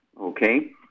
okay